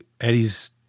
Eddie's